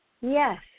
yes